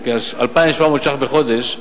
כ-2,700 ש"ח לחודש,